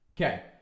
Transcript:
Okay